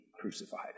crucified